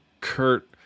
Kurt